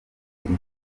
ikipe